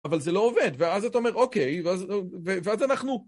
אבל זה לא עובד, ואז אתה אומר אוקיי, ואז אנחנו...